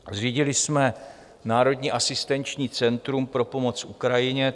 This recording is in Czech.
Zřídili jsme Národní asistenční centrum pro pomoc Ukrajině.